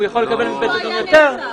הוא יכול לקבל בבית הדין יותר.